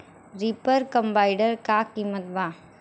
Reaper combiner का किमत बा?